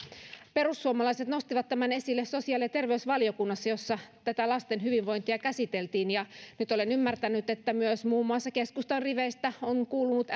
perussuomalaiset nostivat tämän esille sosiaali ja terveysvaliokunnassa jossa tätä lasten hyvinvointia käsiteltiin ja nyt olen ymmärtänyt että myös muun muassa keskustan riveistä on kuulunut